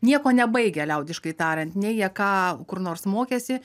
nieko nebaigę liaudiškai tariant nei jie ką kur nors mokėsi